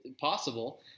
possible